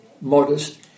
modest